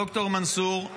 ד"ר מנסור,